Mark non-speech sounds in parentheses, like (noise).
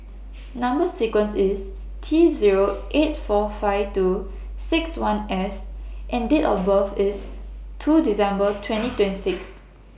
Number sequence IS T Zero eight four five two six one S and Date of birth IS two December (noise) twenty twenty six